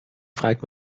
fragt